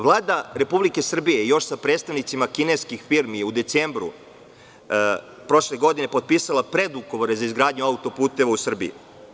Vlada Republike Srbije, sa predstavnicima kineskih firmi, u decembru prošle godine potpisala je predugovore za izgradnju autoputeva u Srbiji.